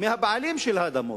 מהבעלים של האדמות,